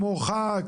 כמו חג,